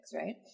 right